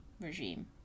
regime